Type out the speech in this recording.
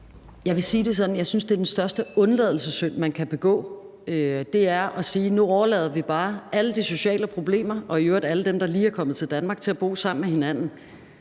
jeg synes, at den største undladelsessynd, man kan begå, er at sige, at nu overlader vi bare alle de sociale problemer til alle dem, der lige er kommet til Danmark, og som skal bo sammen med hinanden